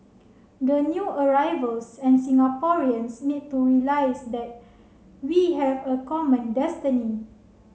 the new arrivals and Singaporeans need to realise that we have a common destiny